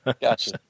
Gotcha